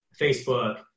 Facebook